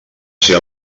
ser